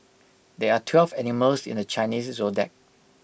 there are twelve animals in the Chinese Zodiac